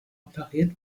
repariert